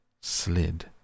slid